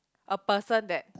a person that